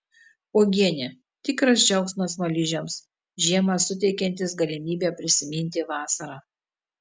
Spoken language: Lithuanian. uogienė tikras džiaugsmas smaližiams žiemą suteikiantis galimybę prisiminti vasarą